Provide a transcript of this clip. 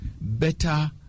better